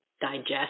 digest